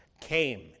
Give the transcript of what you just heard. came